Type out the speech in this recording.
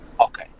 Okay